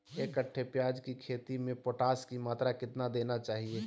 एक कट्टे प्याज की खेती में पोटास की मात्रा कितना देना चाहिए?